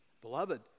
Beloved